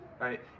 right